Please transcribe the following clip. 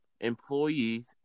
employees